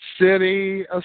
City